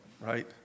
right